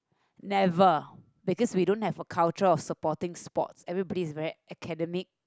never because we don't have a culture of supporting sports everybody is very academic